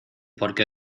porque